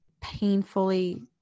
painfully